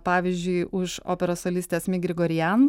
pavyzdžiui už operos solistę asmik grigorian